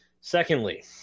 Secondly